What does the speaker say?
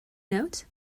note